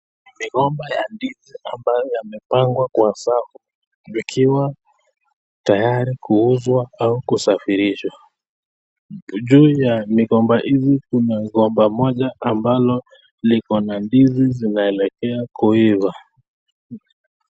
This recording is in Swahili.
Migomba ya ndizi ambayo yamepangwa kwa safu ikiwa tayari kuuzwa au kusafirishwa. Juu ya migomba hizi kuna gomba moja ambalo likona ndizi zinaelekea kuiva.